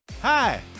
Hi